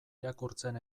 irakurtzen